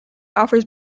offers